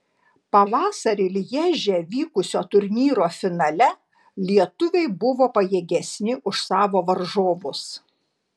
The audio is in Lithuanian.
pavasarį lježe vykusio turnyro finale lietuviai buvo pajėgesni už savo varžovus